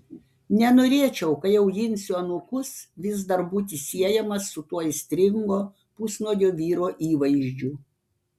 nenorėčiau kai auginsiu anūkus vis dar būti siejamas su tuo aistringo pusnuogio vyro įvaizdžiu